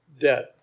debt